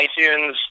itunes